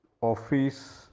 office